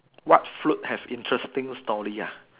what float have interesting story ya